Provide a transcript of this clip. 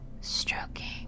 stroking